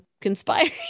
conspiring